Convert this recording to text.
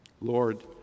Lord